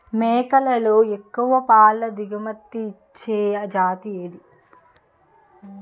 మేకలలో ఎక్కువ పాల దిగుమతి ఇచ్చే జతి ఏది?